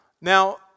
Now